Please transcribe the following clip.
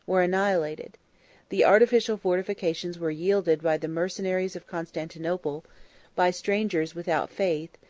were annihilated the artificial fortifications were yielded by the mercenaries of constantinople by strangers without faith,